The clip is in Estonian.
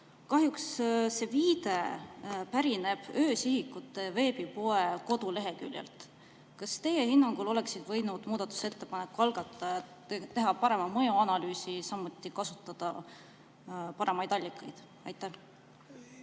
Kahjuks see viide pärineb öösihikute veebipoe koduleheküljelt. Kas teie hinnangul oleksid võinud muudatusettepaneku algatajad teha parema mõjuanalüüsi, samuti kasutada paremaid allikaid?